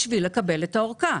בשביל לקבל את הארכה.